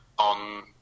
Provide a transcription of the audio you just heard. on